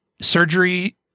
surgery